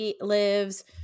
lives